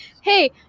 Hey